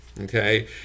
okay